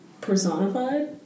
personified